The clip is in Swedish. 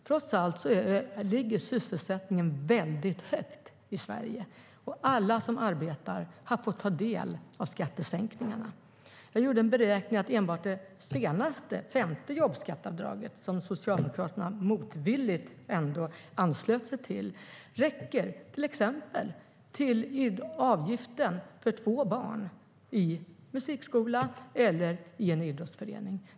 Trots allt ligger sysselsättningen väldigt högt i Sverige. Alla som arbetar har fått ta del av skattesänkningarna. Jag gjorde en beräkning och kom fram till att enbart det senaste femte jobbskatteavdraget, som Socialdemokraterna motvilligt anslöt sig till, räcker till exempel till avgiften för två barn i musikskola eller i en idrottsförening.